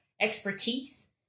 expertise